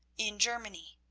in germany.